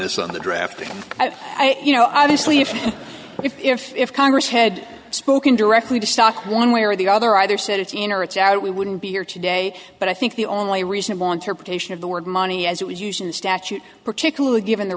minus of the draft you know obviously if if if congress had spoken directly to stock one way or the other either set a teen or it's out we wouldn't be here today but i think the only reasonable interpretation of the word money as it was used in the statute particularly given the